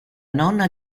nonna